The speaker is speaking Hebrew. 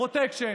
פרוטקשן,